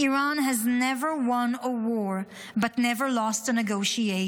'Iran has never won a war but never lost a negotiation'.